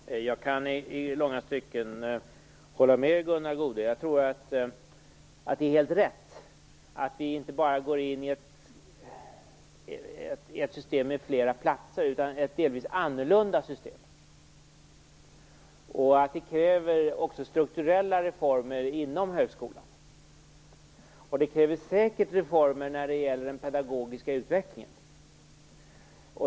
Fru talman! Jag kan i långa stycken hålla med Gunnar Goude. Jag tror att det är helt rätt att vi inte bara går in i ett system med flera platser. Vi går också in i ett system som är delvis annorlunda. Det kräver strukturella reformer inom högskolan. Det kräver säkert också reformer när det gäller den pedagogiska utvecklingen.